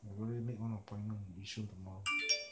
I probably make one appointment in yishun tomorrow